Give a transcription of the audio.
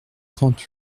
trente